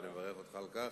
ואני מברך אותך על כך.